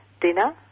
dinner